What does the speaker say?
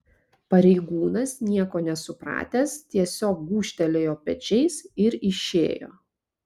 pareigūnas nieko nesupratęs tiesiog gūžtelėjo pečiais ir išėjo